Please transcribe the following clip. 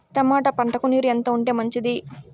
Tomato పంటకు నీరు ఎంత ఉంటే మంచిది?